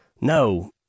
No